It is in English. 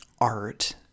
art